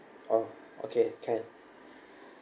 orh okay can